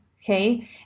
okay